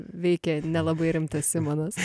veikė nelabai rimtas simonas